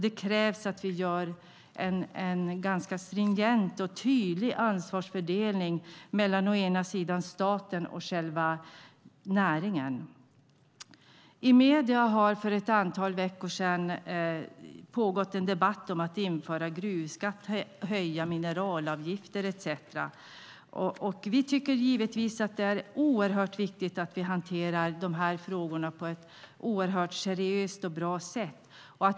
Det krävs att vi gör en ganska stringent och tydlig ansvarsfördelning mellan staten och själva näringen. I medierna har det under ett antal veckor pågått en debatt om att införa gruvskatt, höja mineralavgifter etcetera. Vi tycker givetvis att det är oerhört viktigt att vi hanterar dessa frågor på ett mycket seriöst och bra sätt.